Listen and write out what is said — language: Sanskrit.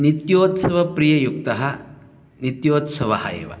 नित्योत्सवप्रिययुक्तः नित्योत्सवः एव